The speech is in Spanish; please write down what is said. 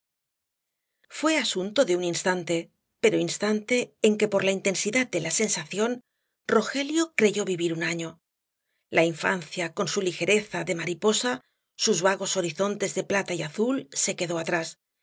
fué asunto de un instante pero instante en que por la intensidad de la sensación rogelio creyó vivir un año la infancia con su ligereza de mariposa sus vagos horizontes de plata y azul se quedó atrás